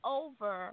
over